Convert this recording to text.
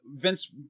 Vince